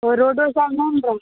रोडो सब नहि ने रहै